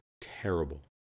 terrible